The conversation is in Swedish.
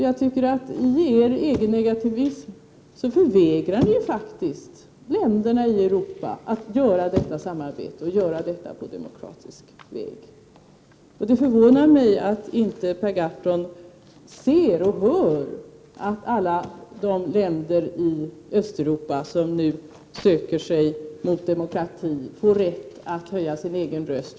Jag anser att ni genom er EG-negativism förvägrar länderna i Europa detta demokratiska samarbete. Det förvånar mig att inte Per Gahrton ser och hör att alla de länder i Östeuropa som nu söker sig mot demokrati får rätt att höja sina egna röster.